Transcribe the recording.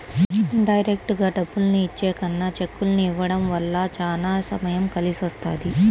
డైరెక్టుగా డబ్బుల్ని ఇచ్చే కన్నా చెక్కుల్ని ఇవ్వడం వల్ల చానా సమయం కలిసొస్తది